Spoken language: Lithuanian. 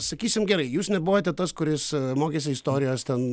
sakysim gerai jūs nebuvote tas kuris mokėsi istorijos ten